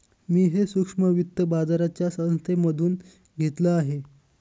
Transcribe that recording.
मी हे सूक्ष्म वित्त बाजाराच्या संस्थेमधून घेतलं आहे